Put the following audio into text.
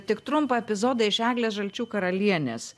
tik trumpą epizodą iš eglės žalčių karalienės